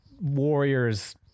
warriors